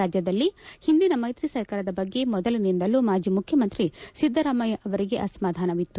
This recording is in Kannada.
ರಾಜ್ಙದಲ್ಲಿ ಹಿಂದಿನ ಮೈತ್ರಿ ಸರ್ಕಾರದ ಬಗ್ಗೆ ಮೊದಲಿನಿಂದಲೂ ಮಾಜಿ ಮುಖ್ಚಮಂತ್ರಿ ಸಿದ್ದರಾಮಯ್ಯ ಅವರಿಗೆ ಅಸಮಾಧಾನವಿತ್ತು